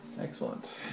Excellent